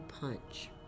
punch